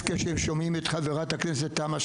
כשהם שומעים את חברת הכנסת תומא,